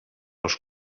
als